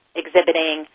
exhibiting